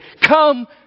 Come